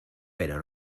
pero